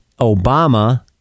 Obama